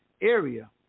area